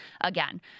again